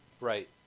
Right